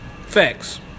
Facts